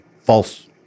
false